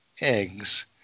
eggs